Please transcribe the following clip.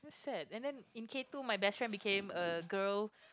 sad and then in K two my best friend became a girl